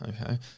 okay